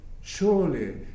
Surely